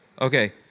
Okay